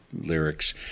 lyrics